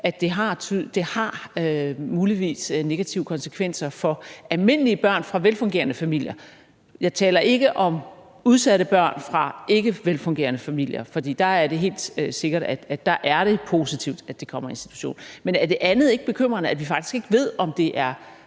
at det muligvis har negative konsekvenser for almindelige børn fra velfungerende familier. Jeg taler ikke om udsatte børn fra ikke velfungerende familier, for det er helt sikkert, at der er det positivt, at de kommer i institution. Men er det andet ikke bekymrende: At vi faktisk ikke ved, om det er